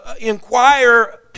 inquire